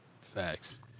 Facts